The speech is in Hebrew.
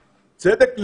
צדק.